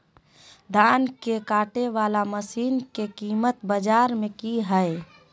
धान के कटे बाला मसीन के कीमत बाजार में की हाय?